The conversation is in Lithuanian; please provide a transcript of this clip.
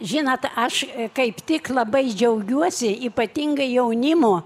žinot aš kaip tik labai džiaugiuosi ypatingai jaunimu